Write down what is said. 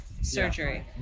surgery